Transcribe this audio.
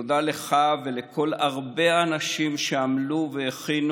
תודה לך ולכל כך הרבה האנשים שעמלו והכינו